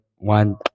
One